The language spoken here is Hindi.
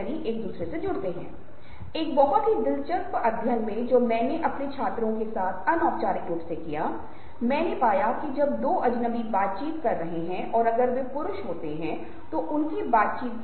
है इसलिए यह एक बहुत ही त्वरित प्रतिक्रिया है और समय पर यह प्रतिक्रिया बहुत महत्वपूर्ण हो जाती है जब आप आश्चर्य प्रकट कर रहे हों इसलिए जब आप आश्चर्यचकित हो रहे हैं यदि समय सही नहीं है तो आप जानते हैं कि यह वास्तविक आश्चर्य नहीं है